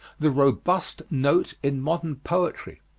the robust note in modern poetry.